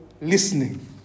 listening